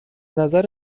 نظر